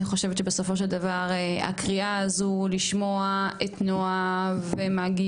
אני חושבת שבסופו של דבר הקריאה הזו לשמוע את נועה ומגי